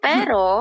Pero